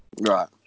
Right